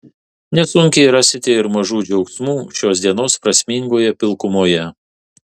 nesunkiai rasite ir mažų džiaugsmų šios dienos prasmingoje pilkumoje